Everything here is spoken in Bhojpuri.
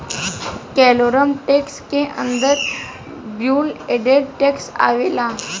वैलोरम टैक्स के अंदर वैल्यू एडेड टैक्स आवेला